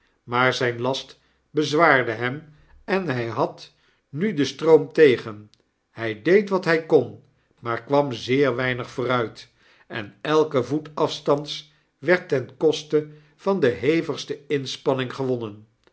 maar zyn last bezwaarde hem en hy had nu den stroom tegen hy deed wat hy kon maar kwam zeer weinig vooruit en elke voet afstand s werd ten koste van de hevigste inspanning gewonnen